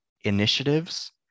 initiatives